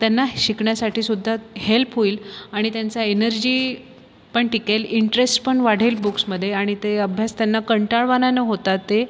त्यांना शिकण्यासाठी सुद्धा हेल्प होईल आणि त्यांचा एनर्जी पण टिकेल इंट्रेस्ट पण वाढेल बुक्समध्ये आणि ते अभ्यास त्यांना कंटाळवाणा न होता ते